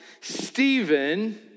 Stephen